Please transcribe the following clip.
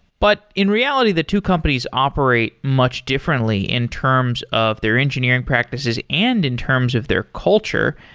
but in reality, the two companies operate much differently in terms of their engineering practices and in terms of their culture.